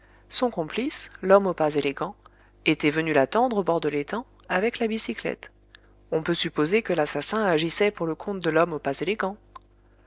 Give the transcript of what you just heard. son complice l'homme aux pas élégants était venu l'attendre au bord de l'étang avec la bicyclette on peut supposer que l'assassin agissait pour le compte de l'homme aux pas élégants